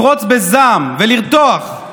לפרוץ בזעם ולרתוח,